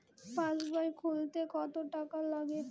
পাশবই খুলতে কতো টাকা লাগে?